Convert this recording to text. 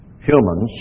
humans